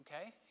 Okay